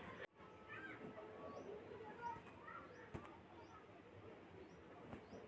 काली मिट्टी के लिए कौन फसल सब से अच्छा होबो हाय?